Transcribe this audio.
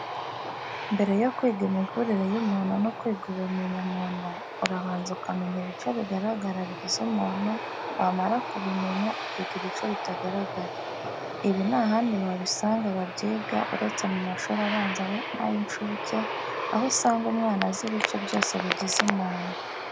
Mbere yo kwiga imivurire y'umuntu no kwiga ubumenyamuntu, urabanza ukamenya ibice bigaragara bigize umuntu, wamara kubimenya ukiga ibice bitagaragara. Ibi nta handi wabisanga babyiga uretse mu mashuri abanza na y'incuke, aho usanga umwana azi ibice byose bigize umuntu.